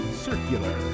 Circular